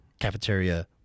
cafeteria